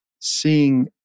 seeing